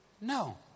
No